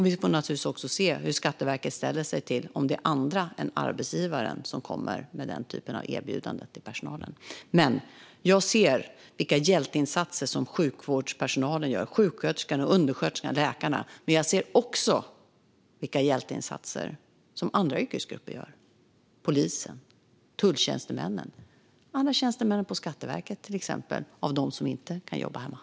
Vi får naturligtvis också se hur Skatteverket ställer sig till att andra än arbetsgivaren kan komma med sådana erbjudanden till personalen. Jag ser vilka hjälteinsatser som sjukvårdspersonalen gör - sjuksköterskan, undersköterskan och läkaren - men jag ser också vilka hjälteinsatser som andra yrkesgrupper gör. Det gäller till exempel polisen, tulltjänstemännen och även alla tjänstemän på Skatteverket som inte kan jobba hemifrån.